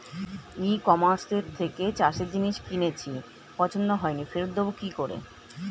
ই কমার্সের থেকে চাষের জিনিস কিনেছি পছন্দ হয়নি ফেরত দেব কী করে?